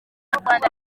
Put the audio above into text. rwanda